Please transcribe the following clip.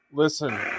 Listen